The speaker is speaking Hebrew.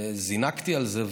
זינקתי על זה,